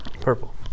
Purple